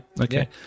okay